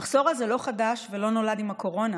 המחסור הזה לא חדש ולא נולד עם הקורונה,